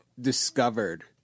discovered